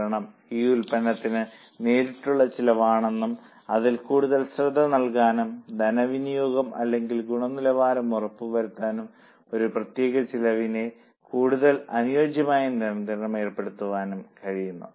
കാരണം ഈ ഉൽപ്പന്നത്തിന് നേരിട്ടുള്ള ചിലവാണെന്നും അതിൽ കൂടുതൽ ശ്രദ്ധ നൽകാനും ധനവിനിയോഗം അല്ലെങ്കിൽ ഗുണനിലവാരം ഉറപ്പു വരുത്താനും ആ പ്രത്യേക ചെലവിന്റെ കൂടുതൽ അനുയോജ്യമായ നിയന്ത്രണം ഏർപ്പെടുത്താനും കഴിയുന്നു